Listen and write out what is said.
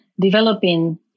developing